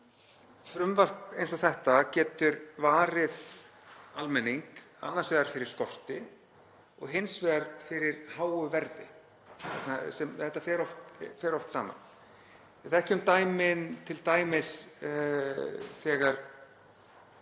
Frumvarp eins og þetta getur varið almenning, annars vegar fyrir skorti og hins vegar fyrir háu verði. Þetta fer oft saman. Við þekkjum dæmin t.d. þegar